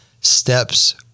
Steps